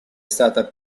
stata